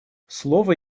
слово